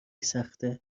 سخته